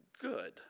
good